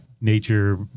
nature